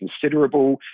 considerable